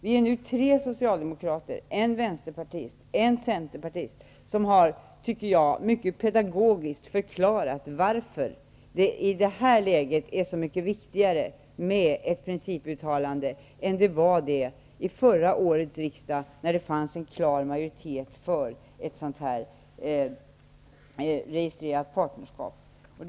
Vi är nu tre socialdemokrater, en vänsterpartist och en centerpartist som mycket pedagogiskt har förklarat varför det i det här läget är så mycket viktigare med ett principuttalande än det var vid förra årets riksdagen när en klar majoritet för ett registrerat partnerskap förelåg.